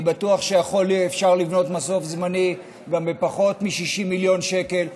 אני בטוח שאפשר לבנות מסוף זמני גם בפחות מ-60 מיליון שקל,